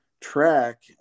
track